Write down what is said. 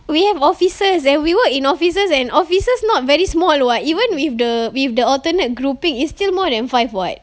we have offices and we work in offices and offices not very small [what] even with the with the alternate grouping it's still more than five [what]